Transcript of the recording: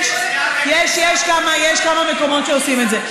יש כמה מקומות שעושים את זה.